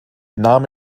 nahm